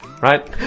Right